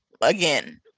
Again